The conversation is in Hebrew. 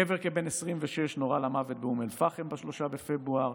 גבר בן 26 נורה למוות באום אל-פחם ב-3 בפברואר.